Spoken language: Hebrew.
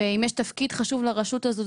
אם יש תפקיד חשוב לרשות הזאת,